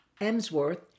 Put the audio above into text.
Emsworth